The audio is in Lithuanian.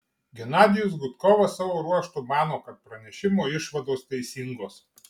genadijus gudkovas savo ruožtu mano kad pranešimo išvados teisingos